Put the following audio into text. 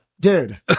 dude